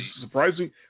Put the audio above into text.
surprising